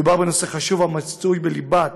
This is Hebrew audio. מדובר בנושא חשוב המצוי בליבת